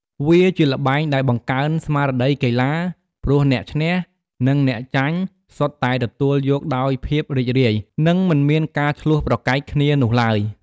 វាជាល្បែងដែលបង្កើន ស្មារតីកីឡា ព្រោះអ្នកឈ្នះនិងអ្នកចាញ់សុទ្ធតែទទួលយកដោយភាពរីករាយ និងមិនមានការឈ្លោះប្រកែកគ្នានោះឡើយ។